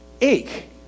ache